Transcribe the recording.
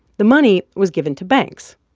the money was given to banks,